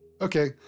Okay